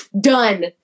done